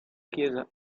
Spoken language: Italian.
chiesa